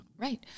Right